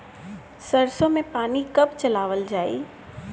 सरसो में पानी कब चलावल जाई?